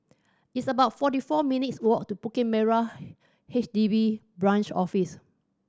it's about forty four minutes' walk to Bukit Merah H D B Branch Office